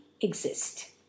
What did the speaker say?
exist